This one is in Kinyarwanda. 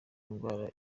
ndwara